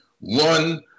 one